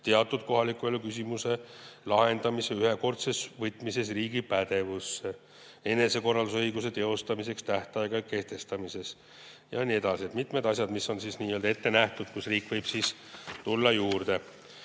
teatud kohaliku elu küsimuse lahendamise ühekordses võtmises riigi pädevusse, enesekorraldusõiguse teostamiseks tähtaegade kehtestamises ja nii edasi. On mitmed asjad, mis on ette nähtud, mille puhul riik võib tulla juurde.